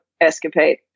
Escapade